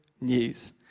news